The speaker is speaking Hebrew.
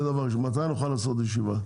מתי נוכל לעשות ישיבה?